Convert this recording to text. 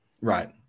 Right